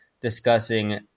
discussing